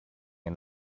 and